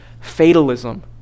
fatalism